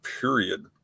period